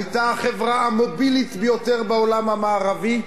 היתה החברה המובילית ביותר בעולם המערבי,